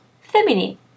feminine